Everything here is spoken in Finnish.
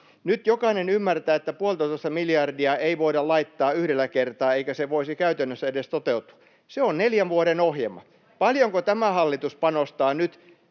Nyt jokainen ymmärtää, että puoltatoista miljardia ei voida laittaa yhdellä kertaa, eikä se voisi käytännössä edes toteutua. Se on neljän vuoden ohjelma. Paljonko tämä hallitus panostaa nyt?